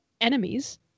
enemies